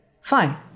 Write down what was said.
fine